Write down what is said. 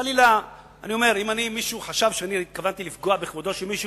אם מישהו חשב שהתכוונתי לפגוע בכבודו של מישהו,